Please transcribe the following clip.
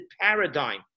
paradigm